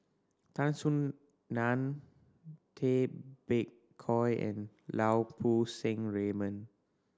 Tan Soo Nan Tay Bak Koi and Lau Poo Seng Raymond